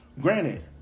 granted